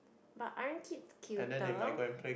but aren't kids cuter